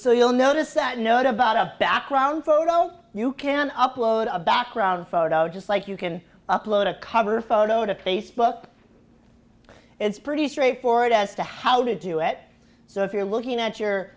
so you'll notice that note about a background photo you can upload a background photo just like you can upload a cover photo to facebook it's pretty straightforward as to how to do it so if you're looking at your